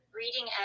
Reading